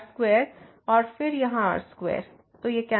तो r2 और फिर यहाँ r2